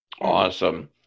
Awesome